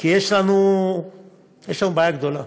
כי יש לנו בעיה גדולה.